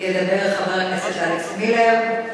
ידבר חבר הכנסת אלכס מילר.